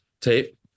tape